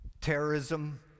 Terrorism